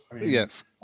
Yes